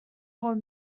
were